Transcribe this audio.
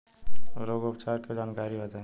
रोग उपचार के जानकारी बताई?